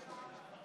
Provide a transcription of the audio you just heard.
בשלב הזה.